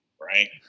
right